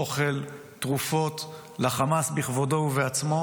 אוכל ותרופות לחמאס בכבודו ובעצמו,